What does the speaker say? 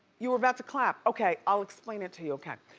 you were about to clap, okay. i'll explain it to you, okay.